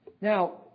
Now